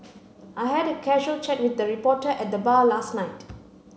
I had a casual chat with a reporter at the bar last night